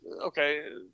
okay